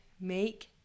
make